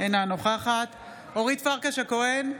אינה נוכחת אורית פרקש הכהן,